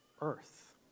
earth